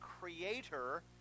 creator